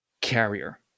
carrier